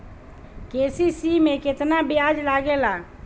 KCC में केतना ब्याज लगेला?